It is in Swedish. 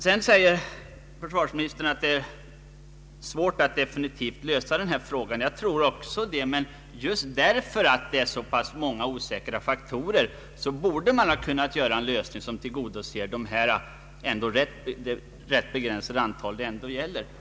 Vidare säger försvarsministern att det är svårt att definitivt lösa denna fråga. Jag tror också att det är svårt, men just för att det är så många osäkra faktorer borde man ha kunnat finna en lösning som tillgodoser önskemålen från det rätt begränsade antal perso ner det ändå gäller.